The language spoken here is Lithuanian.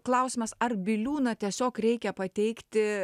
klausimas ar biliūną tiesiog reikia pateikti